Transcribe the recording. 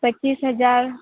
પચીસ હજાર